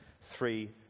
three